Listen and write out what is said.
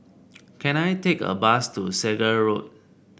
can I take a bus to Segar Road